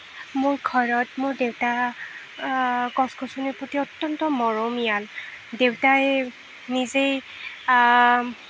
মোৰ ঘৰত মোৰ দেউতা গছ গছনিৰ প্ৰতি অত্যন্ত মৰমিয়াল দেউতাই নিজেই